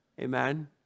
Amen